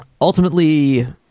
Ultimately